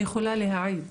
אני יכולה להעיד.